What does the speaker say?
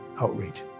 outreach